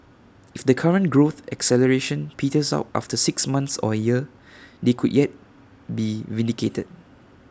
if the current growth acceleration peters out after six months or A year they could yet be vindicated